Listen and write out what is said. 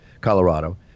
Colorado